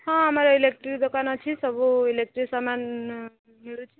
ହଁ ଆମର ଇଲେକ୍ଟ୍ରିକ୍ ଦୋକାନ ଅଛି ସବୁ ଇଲେକ୍ଟ୍ରିକ୍ ସାମାନ ମିଳୁଛି